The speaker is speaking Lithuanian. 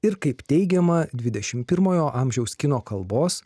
ir kaip teigiama dvidešim pirmojo amžiaus kino kalbos